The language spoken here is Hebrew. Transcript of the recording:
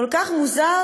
כל כך מוזר,